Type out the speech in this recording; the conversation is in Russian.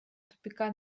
тупика